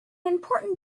important